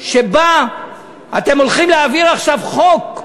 שבה אתם הולכים להעביר עכשיו חוק,